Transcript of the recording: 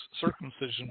circumcision